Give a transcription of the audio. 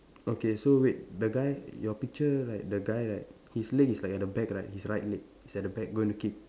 okay so wait the guy your picture right the guy right his leg is like at the back right his right leg is at the back going to kick